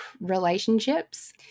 relationships